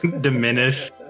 diminish